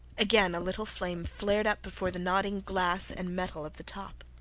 again a little flame flared up before the nodding glass and metal of the top.